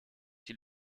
die